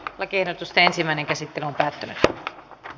lakiehdotusten ensimmäinen käsittely päättyi